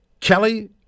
Kelly